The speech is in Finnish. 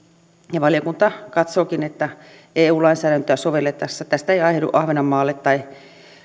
ja valiokunta katsookin että eu lainsäädäntöä sovellettaessa tästä ei aiheudu ahvenanmaalle tai